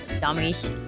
dummies